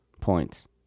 points